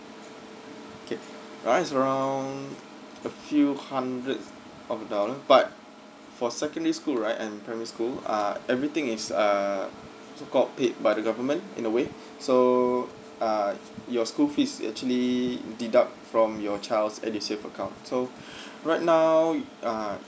okay price around a few hundreds of dollar but for secondary school right and primary school uh everything is err so called paid by the government in a way so uh your school fees actually deduct from your child's edusave account so right now err